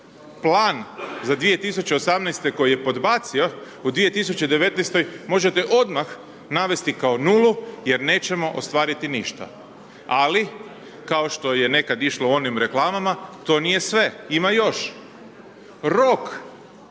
Plan za 2018.-te koji je podbacio, u 2019.-toj možete odmah navesti kao nulu jer nećemo ostvariti ništa. Ali, kao što je nekada išlo onim reklamama, to nije sve, ima još. Rok,